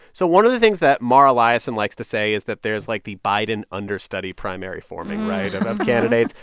so one of the things that mara liasson likes to say is that there is, like, the biden understudy primary forming right? of candidates,